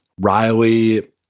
Riley